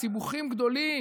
בסיבוכים גדולים,